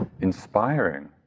inspiring